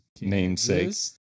namesakes